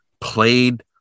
played